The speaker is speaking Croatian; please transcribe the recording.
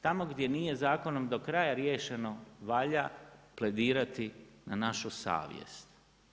Tamo gdje nije zakonom do kraja riješeno valja pledirati na našu savjest.